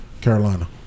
carolina